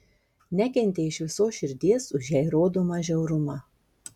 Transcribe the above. nekentė iš visos širdies už jai rodomą žiaurumą